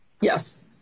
Yes